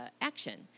action